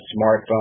smartphone